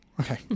Okay